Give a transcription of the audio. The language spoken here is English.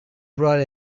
brought